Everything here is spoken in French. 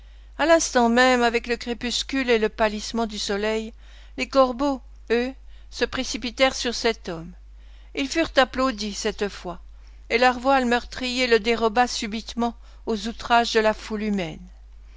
à l'instant même avec le crépuscule et le pâlissement du soleil les corbeaux eux se précipitèrent sur cet homme ils furent applaudis cette fois et leur voile meurtrier le déroba subitement aux outrages de la foule humaine